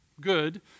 good